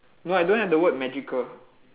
no I don't have the word magical